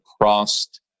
crossed